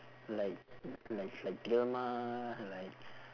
like like like dilmah like